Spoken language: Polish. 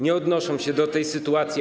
Nie odnoszą się do tej sytuacji.